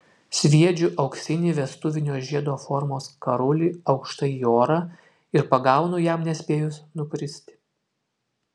sviedžiu auksinį vestuvinio žiedo formos karulį aukštai į orą ir pagaunu jam nespėjus nukristi